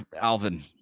alvin